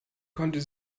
konnten